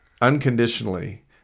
unconditionally